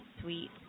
sweet